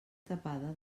tapada